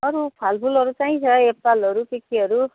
अरू फलफुलहरू चाहिन्छ एप्पलहरू के केहरू